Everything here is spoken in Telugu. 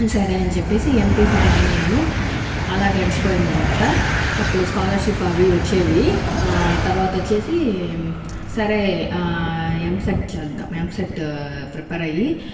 సరే అని చెప్పేసి ఎంపీసీ జాయిన్ అయ్యాను అలా గడిచిపోయింది అనమాట అప్పుడు స్కాలర్షిప్ అవి వచ్చేవి తర్వాత వచ్చేసి సరే ఎంసెట్ చేద్దాం ఎంసెట్ ప్రిపేర్ అయ్యి